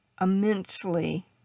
immensely